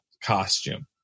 costume